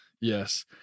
Yes